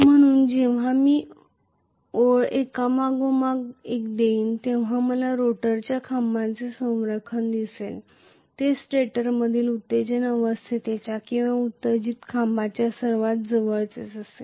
म्हणून जेव्हा मी ओळ एकामागोमाग एक देईन तेव्हा मला रोटर खांबाचे संरेखन दिसेल जे स्टेटरमधील उत्तेजित अवस्थेच्या किंवा उत्तेजित खांबाच्या सर्वात जवळचे असेल